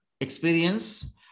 experience